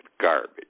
garbage